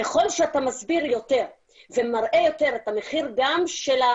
ככל שאתה מסביר יותר ומראה יותר, גם את המחיר שלך,